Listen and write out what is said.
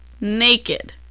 naked